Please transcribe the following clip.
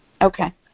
Okay